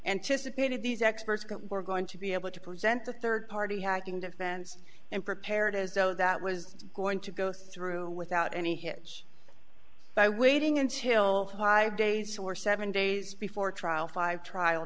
anticipated these experts got we're going to be able to present a third party hacking defense and prepared as though that was going to go through without any hitch by waiting until five days or seven days before trial five trial